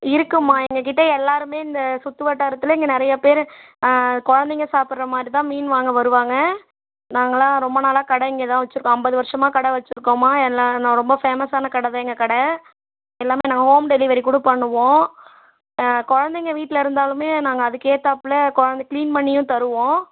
இருக்குதும்மா எங்கக்கிட்டே எல்லோருமே இந்த சுற்று வட்டாரத்தில் இங்கே நிறையா பேர் குழந்தைங்க சாப்பிட்ற மாதிரிதான் மீன் வாங்க வருவாங்க நாங்கள்லாம் ரொம்ப நாளாக கடை இங்கே தான் வைச்சிருக்கோம் ஐம்பது வருஷமாக கடை வைச்சிருக்கோம்மா எல்லாம் ரொம்ப ஃபேமஸான கடை தான் எங்கள் கடை எல்லாம் நாங்கள் ஹோம் டெலிவரி கூட பண்ணுவோம் குழந்தைங்க வீட்டில் இருந்தாலும் நாங்கள் அதுக்கேற்றாப்ல கொழந்தை கிளீன் பண்ணியும் தருவோம்